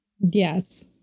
Yes